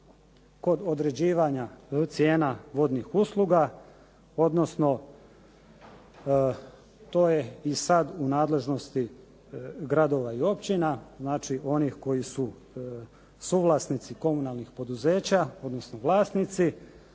kod određivanja cijena vodnih usluga, odnosno to je i sad u nadležnosti gradova i općina, znači onih koji su suvlasnici komunalnih poduzeća, odnosno vlasnici.